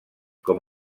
com